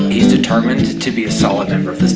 he's determined to be a solid member of